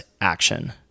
action